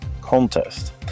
contest